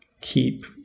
keep